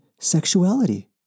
sexuality